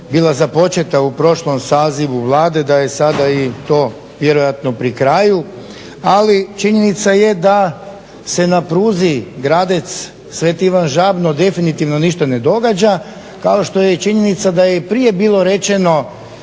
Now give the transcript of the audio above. bila započeta u prošlom sazivu Vlade, da je sada i to vjerojatno pri kraju. Ali činjenica je da se na pruzi Gradec-Sv-Ivan-Žabno definitivno ne događa kao što je i činjenica da je prije bilo rečeno